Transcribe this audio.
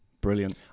Brilliant